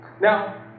Now